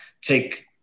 take